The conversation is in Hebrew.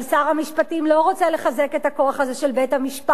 אבל שר המשפטים לא רוצה לחזק את הכוח הזה של בית-המשפט,